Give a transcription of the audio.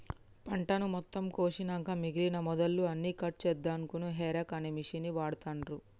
పంటను మొత్తం కోషినంక మిగినన మొదళ్ళు అన్నికట్ చేశెన్దుకు హేరేక్ అనే మిషిన్ని వాడుతాన్రు